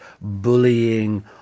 bullying